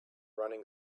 running